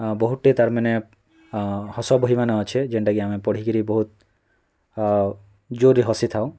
ଅ ବହୁଟେ ତା'ର୍ ମାନେ ହସ ବହିମାନେ ଅଛେ ଯେନ୍ଟାକି ଆମେ ପଢ଼ିକିରି ବହୁତ୍ ଜୋର୍ରେ ହସି ଥାଉ